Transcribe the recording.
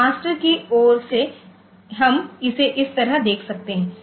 तो मास्टर की ओर से हम इसे इस तरह देख सकते हैं